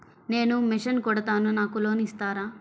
నేను మిషన్ కుడతాను నాకు లోన్ ఇస్తారా?